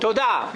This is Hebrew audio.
תודה.